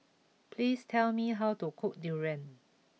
please tell me how to cook Durian